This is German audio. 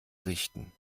richten